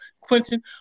Quentin